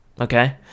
Okay